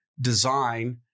design